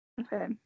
Okay